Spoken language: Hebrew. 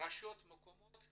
רשויות מקומיות,